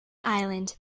island